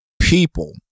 people